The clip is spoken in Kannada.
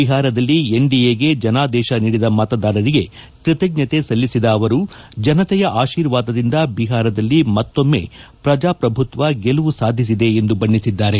ಬಿಹಾರದಲ್ಲಿ ಎನ್ಡಿಎಗೆ ಜನಾದೇಶ ನೀಡಿದ ಮತದಾರರಿಗೆ ಕ್ಪತಜ್ಞತೆ ಸಲ್ಲಿಸಿದ ಅವರು ಜನತೆಯ ಆಶೀರ್ವಾದದಿಂದ ಬಿಹಾರದಲ್ಲಿ ಮತ್ತೊಮ್ಮೆ ಪ್ರಜಾಪ್ರಭುತ್ಸ ಗೆಲುವು ಸಾಧಿಸಿದೆ ಎಂದು ಬಣ್ಣಿಸಿದ್ದಾರೆ